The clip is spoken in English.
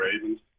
Ravens